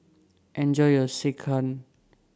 Enjoy your Sekihan